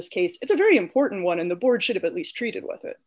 this case it's a very important one in the board should have at least treated with